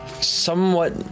somewhat